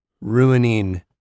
ruining